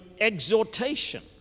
exhortation